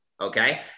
Okay